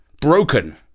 broken